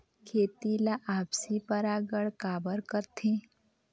खेती ला आपसी परागण काबर करथे?